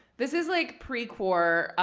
this is like pre-quar,